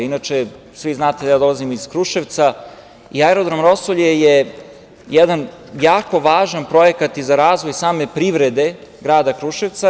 Inače, svi znate da ja dolazim iz Kruševca i aerodrom „Rosulje“ je jedan jako važan projekat i za razvoj same privrede grada Kruševca.